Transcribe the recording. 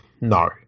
no